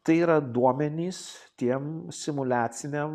tai yra duomenys tiem simuliaciniam